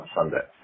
Sunday